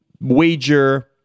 wager